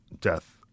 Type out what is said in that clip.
death